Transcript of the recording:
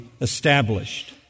established